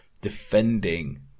defending